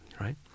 right